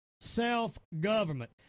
self-government